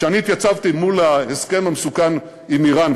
כשהתייצבתי מול ההסכם המסוכן עם איראן,